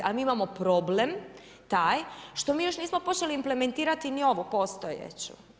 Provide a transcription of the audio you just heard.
Ali, mi imamo problem, taj, što mi još nismo počeli implementirati ni ovu postojeću.